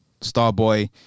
Starboy